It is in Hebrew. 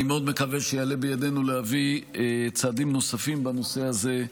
אני מאוד מקווה שיעלה בידינו להביא צעדים נוספים בנושא הזה,